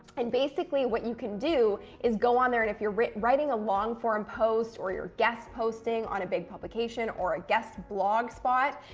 and basically what you can do is go on there, and if you're writing a long-form post, or you're guest-posting on a big publication, or a guest blog spot,